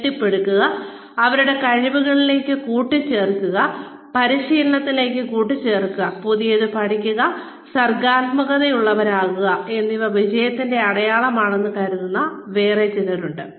കെട്ടിപ്പടുക്കുക അവരുടെ കഴിവുകളിലേക്ക് കൂട്ടിച്ചേർക്കുക പരിശീലനത്തിലേക്ക് കൂട്ടിച്ചേർക്കുക പുതിയത് പഠിക്കുക സർഗ്ഗാത്മകതയുള്ളവരാകുക എന്നിവ വിജയത്തിന്റെ അടയാളമാണെന്ന് കരുതുന്ന വേറെ ചിലരുണ്ട്